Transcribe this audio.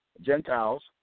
Gentiles